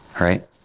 Right